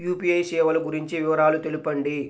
UPI సేవలు గురించి వివరాలు తెలుపండి?